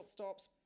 shortstops